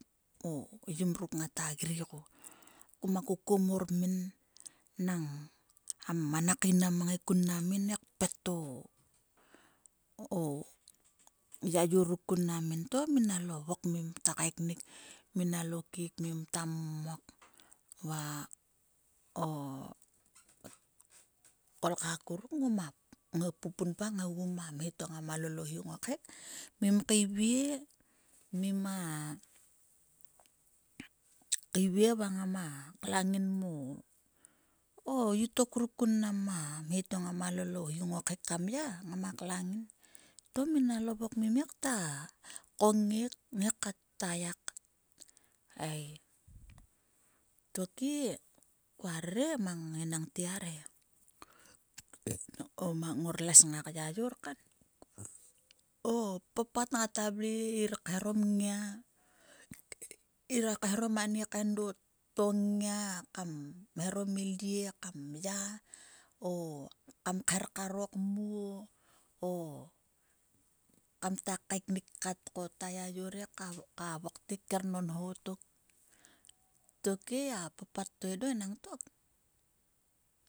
Yim ruk ngata ngata gri ko kuma kokomor min nang a mana kain nama ngai kun mnam min he kpet o o yayor ruk kun mnam minto. Minalo vok ngim kat kaek nik to minalo keik ngim kta mmok va o kolkhek a kuruk ngoma pupunpa kngai ko ma mhe to ngoma lol o hi ngo khek. Ngim kaevie va ngama klang ngin mo itok ruk kun mnam a mhe to ngama lol o hi ngo khek kam yah. Ngama klang ngin to nginalo vok ngima ya. Ngime kta kongek nginalo vok ngime kta ya kat ei. Tokhe kua rere mang te arhe. Ngor les ngak yayor kan o papat ngata vle ngir kae harom nngia ngira kae harom ani kain do to nngia kam eharom i lyie kam ya o kam kher karo kmuo o kamta kaeknik kat ko ta yayor he ka vok tmi kernonho tok. Tokhe a papat to edo enaggtok